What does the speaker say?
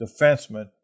defenseman